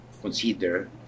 consider